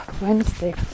Wednesday